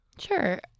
Sure